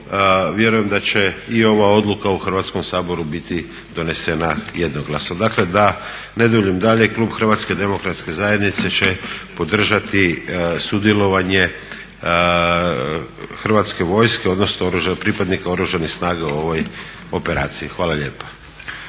vjerujem da će i ova odluka u Hrvatskom saboru biti donesena jednoglasno. Dakle da ne duljim dalje, klub HDZ-a će podržati sudjelovanje Hrvatske vojske odnosno pripadnika Oružanih snaga u ovoj operaciji. Hvala lijepa.